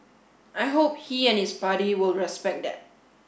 I hope he and his party will respect that